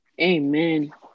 amen